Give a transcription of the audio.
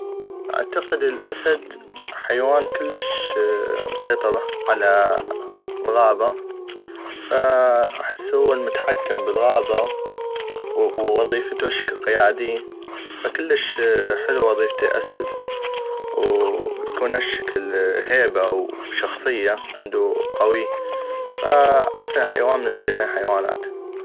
اعتقد الاسد حيوان كلش مسيطر على الغابة فاحسو هو المتحكم بالغابة ووضيفتو هشكل قيادي فكلش حلو وظيفة الاسد واكون هشكل هيبة وشخصية عندو قوي فاحسن حبوان من بين الحيوانات.